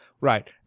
right